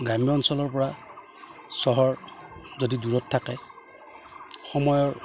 গ্ৰাম্য অঞ্চলৰ পৰা চহৰ যদি দূৰত থাকে সময়ৰ